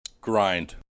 Grind